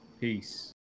Peace